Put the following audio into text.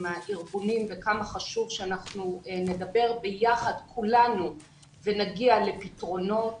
הארגונים וכמה חשוב שאנחנו נדבר ביחד כולנו ונגיע לפתרונות